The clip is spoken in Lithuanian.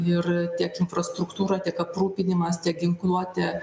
ir tiek infrastruktūra tiek aprūpinimas tiek ginkluotė